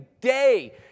day